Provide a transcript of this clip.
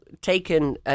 taken